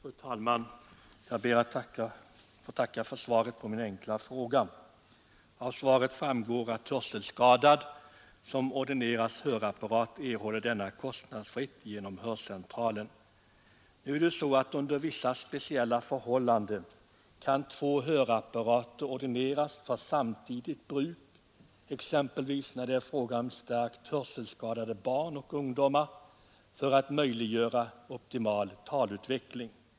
Fru talman! Jag ber att få tacka för svaret på min enkla fråga. Det framgår av svaret att hörselskadad som ordineras hörapparat erhåller denna kostnadsfritt genom hörcentralen. Under vissa förhållanden kan emellertid två hörapparater ordineras för samtidigt bruk, t.ex. när det är fråga om starkt hörselskadade barn och ungdomar, detta för att möjliggöra optimal talutveckling.